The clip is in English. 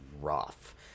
rough